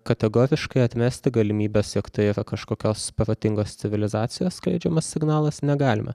kategoriškai atmesti galimybės jog tai yra kažkokios protingos civilizacijos skleidžiamas signalas negalime